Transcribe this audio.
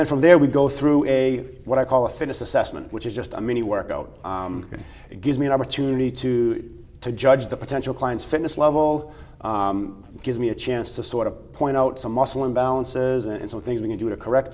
then from there we go through a what i call a finished assessment which is just a mini workout it gives me an opportunity to to judge the potential clients fitness level gives me a chance to sort of point out some muscle imbalances and some things we can do to correct